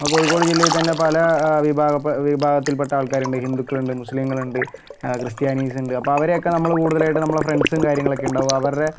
നമ്മുടെ കോഴിക്കോട് ജില്ലയിൽ തന്നെ പല വിഭാഗ വിഭാഗത്തിൽപ്പെട്ട ആൾക്കാരുണ്ട് ഹിന്ദുക്കളുണ്ട് മുസ്ലിങ്ങളുണ്ട് ക്രിസ്ത്യാനിസുണ്ട് അപ്പം അവരെയൊക്കെ നമ്മള് കൂടുതലായിട്ട് നമ്മളുടെ ഫ്രണ്ട്സും കാര്യങ്ങളൊക്കെ ഉണ്ടാവും അപ്പം അവരുടെ